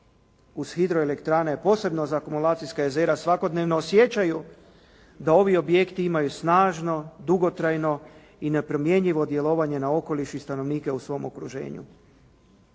uz hidroelektrane a posebno uz akumulacijska jezera svakodnevno osjećaju da ovi objekti imaju snažno, dugotrajno i nepromjenjivo djelovanje na okoliš i stanovnike u svom okruženju.